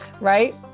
Right